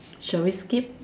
shall we skip